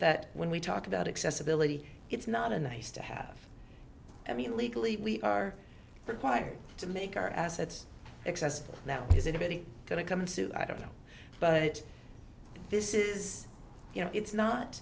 that when we talk about accessibility it's not a nice to have i mean legally we are required to make our assets accessible now is it going to come soon i don't know but this is you know it's not